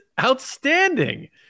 outstanding